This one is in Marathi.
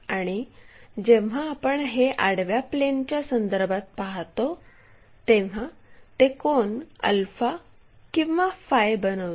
आणि जेव्हा आपण हे आडव्या प्लेनच्या संदर्भात पहातो तेव्हा ते कोन अल्फा किंवा फाय बनवते